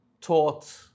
taught